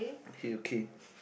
okay okay